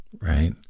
right